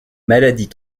maladies